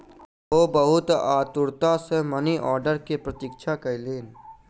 ओ बहुत आतुरता सॅ मनी आर्डर के प्रतीक्षा कयलैन